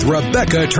Rebecca